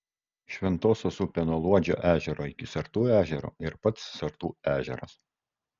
šventosios upė nuo luodžio ežero iki sartų ežero ir pats sartų ežeras